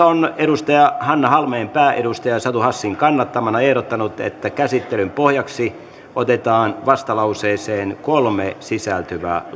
on hanna halmeenpää satu hassin kannattamana ehdottanut että käsittelyn pohjaksi otetaan vastalauseeseen kolme sisältyvä